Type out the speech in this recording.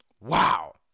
Wow